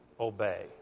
obey